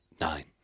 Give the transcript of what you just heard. Nine